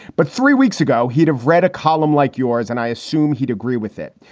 but three weeks ago, he'd have read a column like yours and i assume he'd agree with it.